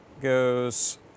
goes